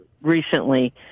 recently